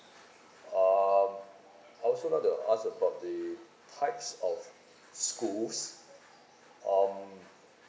um also want to ask about the types of schools um